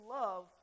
love